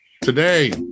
Today